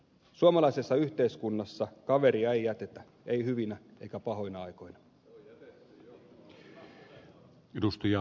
suomalaisessa yhteiskunnassa kaveria ei jätetä ei hyvinä eikä pahoina aikoina